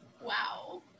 Wow